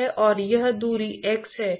अनुदिश स्थिर है